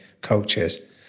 coaches